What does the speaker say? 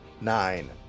nine